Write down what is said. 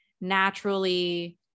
naturally